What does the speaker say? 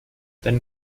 dein